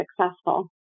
successful